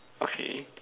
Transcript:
okay